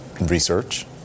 research